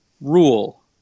rule